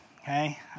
okay